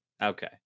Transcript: Okay